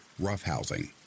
roughhousing